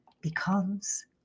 becomes